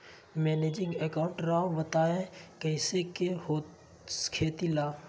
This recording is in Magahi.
मैनेजिंग अकाउंट राव बताएं कैसे के हो खेती ला?